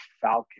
Falcon